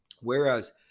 Whereas